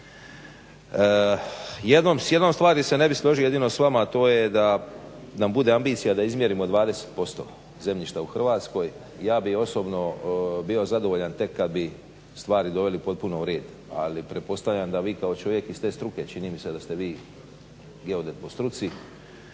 S jednom stvari se ne bih složio jedino s vama, a to je da nam bude ambicija da izmjerimo 20% zemljišta u Hrvatskoj. Ja bih osobno bio zadovoljan tek kad bi stvari doveli potpuno u red, ali pretpostavljam da vi kao čovjek iz te struke čini mi se da ste vi geodet po struci,